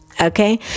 okay